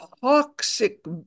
toxic